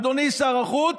אדוני שר החוץ,